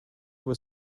was